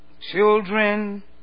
children